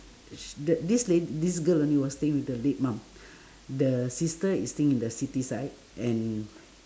sh~ th~ this lad~ this girl only was staying with the late mom the sister is staying in the city side and